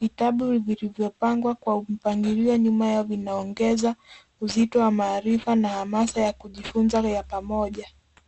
Vitabu vilivyopangwa kwa mpangilio nyuma yao vinaongeza uzito wa maarifa na hamasa ya kujifunza ya pamoja.